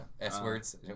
S-words